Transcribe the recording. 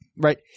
right